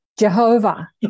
Jehovah